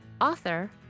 author